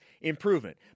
improvement